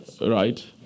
right